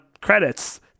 credits